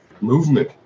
movement